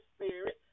Spirit